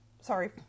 sorry